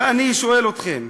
ואני שואל אתכם,